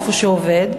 איפה שזה עובד,